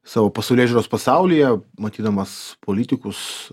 savo pasaulėžiūros pasaulyje matydamas politikus